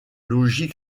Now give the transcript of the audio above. logis